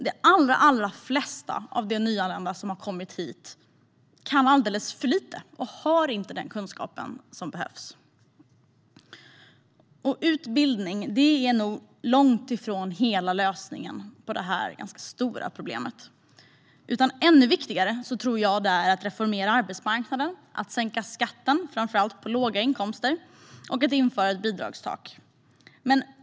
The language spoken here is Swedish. De allra flesta av de nyanlända kan alldeles för lite och har inte den kunskap som krävs. Utbildning är nog långt ifrån hela lösningen på det här ganska stora problemet. Det är ännu viktigare att reformera arbetsmarknaden, att sänka skatten på framför allt låga inkomster och att införa ett bidragstak.